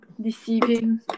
deceiving